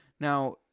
Now